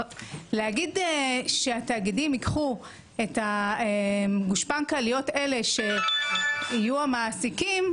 להגיד שהתאגידים ייקחו את הגושפנקא שיהיו המעסיקים,